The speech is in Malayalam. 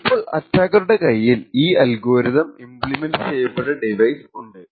ഇപ്പോൾ അറ്റാക്കറുടെ കൈയിൽ ഈ അൽഗോരിതം ഇമ്പ്ളിമെന്റ് ചെയ്യപ്പെട്ട ഡിവൈസ് ഉണ്ട്